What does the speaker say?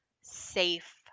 safe